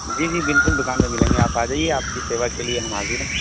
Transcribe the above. جی جی بالکل دوکان پہ ملیں گے آپ آ جائیے آپ کی سیوا کے لیے ہم حاضر ہیں